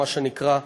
מה שנקרא,